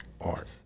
art